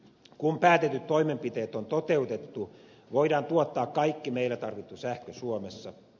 kun päätetyt toimenpiteet on toteutettu voidaan tuottaa kaikki meillä tarvittu sähkö suomessa